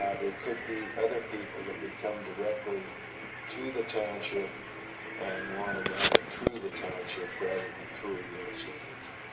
there could be other people that would come directly to the township and want to rent it through the township rather than through a real estate agent